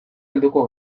helduko